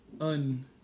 un